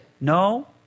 no